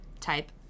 type